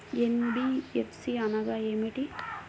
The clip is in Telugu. ఎన్.బీ.ఎఫ్.సి అనగా ఏమిటీ?